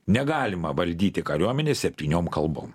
negalima valdyti kariuomenės septyniom kalbom